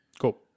Cool